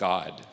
God